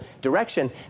direction